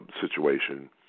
situation